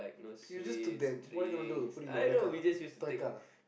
use this to then what you gonna do put in your own car toy car